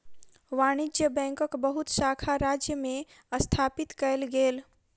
वाणिज्य बैंकक बहुत शाखा राज्य में स्थापित कएल गेल